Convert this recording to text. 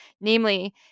Namely